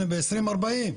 ב-2040.